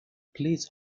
please